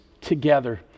together